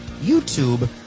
YouTube